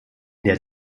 der